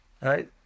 Right